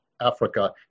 Africa